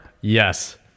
Yes